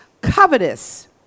Covetous